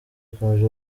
ikomeje